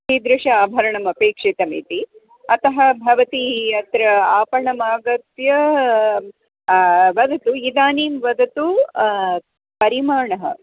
कीदृशम् आभरणम् अपेक्षितमिति अतः भवती अत्र आपणम् आगत्य वदतु इदानीं वदतु परिमाणः